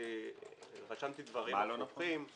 אני רשמתי דברים הפוכים.